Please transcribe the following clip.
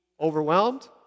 overwhelmed